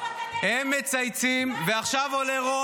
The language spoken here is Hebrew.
לא הצבעת נגד?